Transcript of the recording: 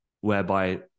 whereby